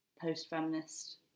post-feminist